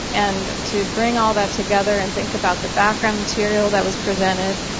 and to bring all that together and think about the background material that was presented,